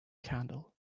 candle